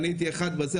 בשר?